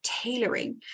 tailoring